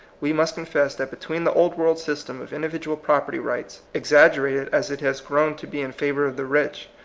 we must confess that between the old world system of individual property rights, exaggerated as it has grown to be in favor of the rich,